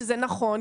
שזה נכון,